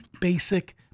basic